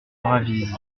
ravise